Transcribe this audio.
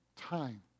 time